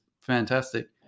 fantastic